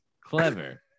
clever